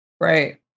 Right